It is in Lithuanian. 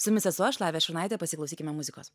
su jumis esu aš lavija šurnaitė pasiklausykime muzikos